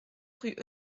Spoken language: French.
rue